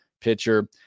pitcher